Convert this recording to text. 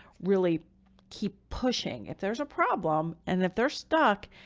really keep pushing. if there's a problem and if they're stuck,